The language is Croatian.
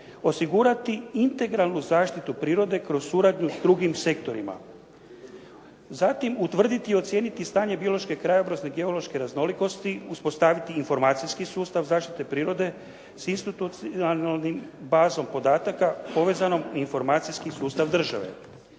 osigurati integralnu zaštitu prirode kroz suradnju s drugim sektorima. Zatim, utvrditi i ocijeniti stanje biološke, krajobrazne i geološke raznolikosti, uspostaviti informacijski sustav zaštite prirode s institucionalnom bazom podataka povezanom u informacijski sustav države.